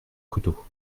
couteau